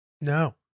no